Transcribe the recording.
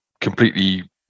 completely